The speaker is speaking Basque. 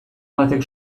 batek